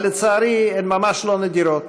אבל לצערי הן ממש לא נדירות,